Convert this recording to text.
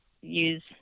use